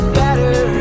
better